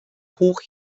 hoch